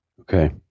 Okay